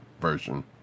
version